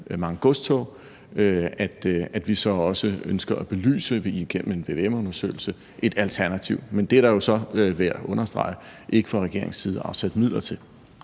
vi også at belyse igennem en vvm-undersøgelse et alternativ. Men det er der jo så, vil jeg understrege, ikke fra regeringens side afsat midler til.